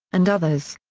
and others.